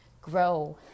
grow